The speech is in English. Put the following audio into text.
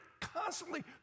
constantly